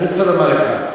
אני רוצה לומר לך,